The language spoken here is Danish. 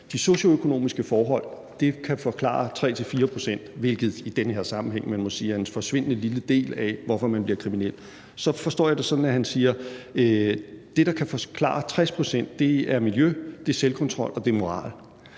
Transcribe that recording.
De socioøkonomiske forhold kan forklare 3-4 pct., hvilket man i den her sammenhæng må sige er en forsvindende lille del af forklaringen på, hvorfor man bliver kriminel. Så forstår jeg det også sådan, at han siger: Det, der kan forklare 60 pct., er miljø, selvkontrol og moral.